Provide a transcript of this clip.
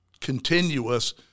continuous